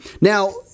now